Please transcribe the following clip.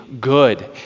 good